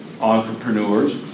entrepreneurs